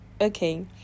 Okay